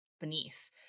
beneath